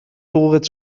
حقوقت